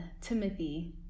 Timothy